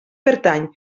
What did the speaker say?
pertany